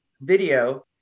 video